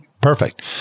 Perfect